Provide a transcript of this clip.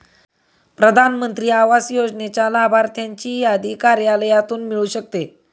प्रधान मंत्री आवास योजनेच्या लाभार्थ्यांची यादी कार्यालयातून मिळू शकते